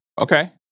Okay